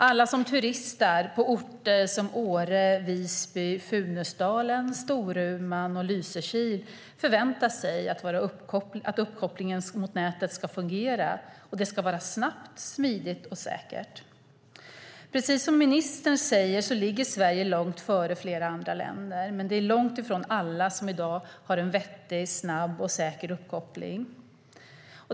Alla som turistar på orter som Åre, Visby, Funäsdalen, Storuman och Lysekil förväntar sig att uppkopplingen mot nätet ska fungera, och den ska vara snabb, smidig och säker. Precis som ministern säger ligger Sverige långt före flera andra länder. Men det är långt ifrån alla som i dag har en vettig, snabb och säker uppkoppling.